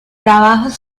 trabajos